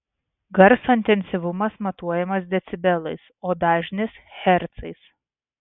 garso intensyvumas matuojamas decibelais o dažnis hercais